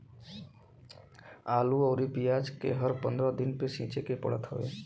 आलू अउरी पियाज के हर पंद्रह दिन पे सींचे के पड़त हवे